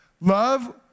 Love